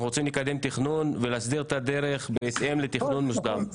רוצים לקדם תכנון ולהסדיר את הדרך בהתאם לתכנון מוסדר.